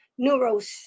neuros